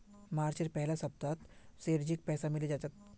मार्चेर पहला सप्ताहत सेठजीक पैसा मिले जा तेक